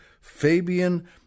Fabian